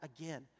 again